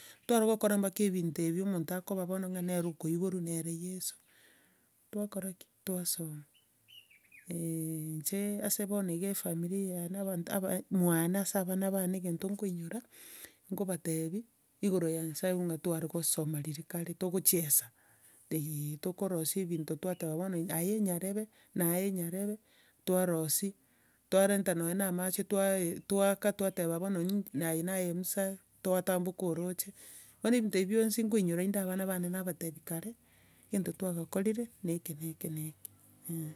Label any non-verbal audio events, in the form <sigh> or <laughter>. Tware gokora mpaka ebinto ebio omonto akoba bono nere okoiborwa, nere yeso, twakora ki? Twasoma <hesitation> inche ase bono iga efamiri yaane aba- e- abanto aba, mwane ase abana bane egento nkoinyora, nkobatebia igoro ya nyasaye ng'a tware kosoma riria kare togochiesa eeh, tokorosia ebinto twateba bono aye nyarebe, naye nyarebe, naye nyarebe, twarosia, twarenta nonya na amache, twae- twaaka twateba bono nyi- aye naye musa, twatamboka oroche, bono ebinto ebia bionsi koinyora inde abane bana, nabatebia kare, egento twagakorire, na eke, na eke na eke, eeh.